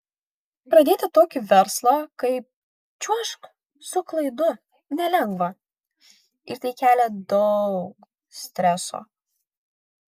pradėti tokį verslą kaip čiuožk su klaidu nelengva ir tai kelia daug streso